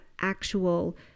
actual